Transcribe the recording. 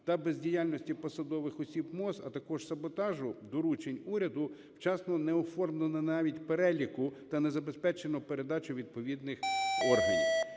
та бездіяльності посадових осіб МОЗ, а також саботажу доручень уряду вчасно не оформлено навіть переліку та не забезпечено передачу відповідних органів.